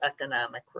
economic